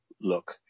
look